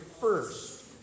first